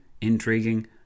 intriguing